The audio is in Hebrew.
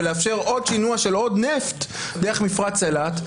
ולאפשר עוד שינוע של עוד נפט דרך מפרץ אילת,